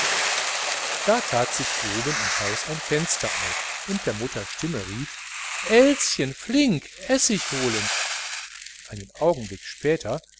da tat sich oben im haus ein fenster auf und der mutter stimme rief elschen flink essig holen einen augenblick später